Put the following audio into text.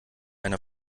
einer